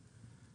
ילכו?